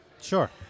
Sure